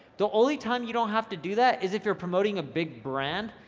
the only time you don't have to do that is if you're promoting a big brand,